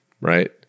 right